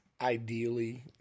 ideally